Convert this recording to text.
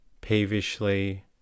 Peevishly